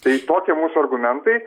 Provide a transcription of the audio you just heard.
tai tokie mūsų argumentai